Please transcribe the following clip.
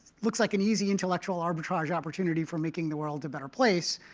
looks like an easy intellectual arbitrage opportunity for making the world a better place.